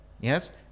Yes